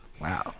Wow